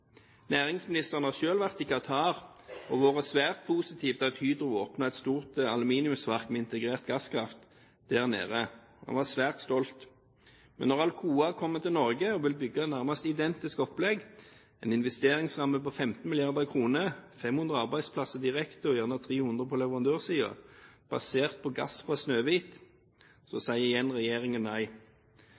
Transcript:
Næringsministeren har selv vært i Qatar og var svært positiv til at Hydro åpnet et stort aluminiumsverk med integrert gasskraft der nede. Han var svært stolt. Men når Alcoa kommer til Norge og vil bygge et nærmest identisk opplegg – med en investeringsramme på 15 mrd. kr, 500 arbeidsplasser direkte og gjerne 300 på leverandørsiden basert på gass fra Snøhvit – så sier igjen regjeringen nei.